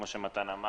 גם כמו שמתן אמר,